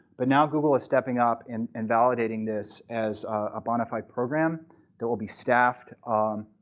but now google is stepping up and um validating this as a bona fide program that will be staffed um